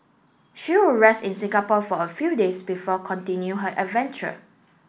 she will rest in Singapore for a few days before continue her adventure